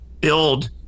build